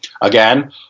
again